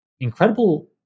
incredible